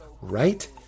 right